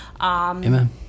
Amen